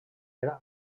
era